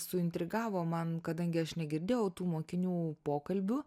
suintrigavo man kadangi aš negirdėjau tų mokinių pokalbių